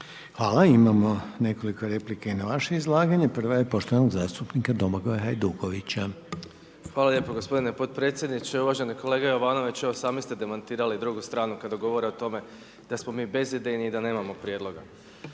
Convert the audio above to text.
Hvala. Imamo nekoliko replika i na vaše izlaganje. Prva je poštovanog zastupnika Domagoja Hajdukovića. **Hajduković, Domagoj (SDP)** Hvala lijepa gospodine potpredsjedniče. Uvaženi kolega Jovanoviću evo sami ste demantirali i drugu stranu kada govore o tome da smo mi bezidejni i da nemamo prijedloga.